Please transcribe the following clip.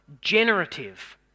generative